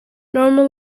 normal